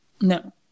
no